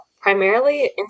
primarily